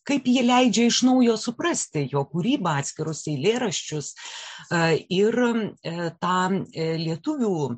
kaip ji leidžia iš naujo suprasti jo kūrybą atskirus eilėraščius ir tą lietuvių